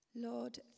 Lord